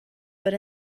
but